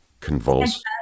convulse